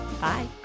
Bye